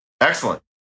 excellent